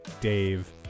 Dave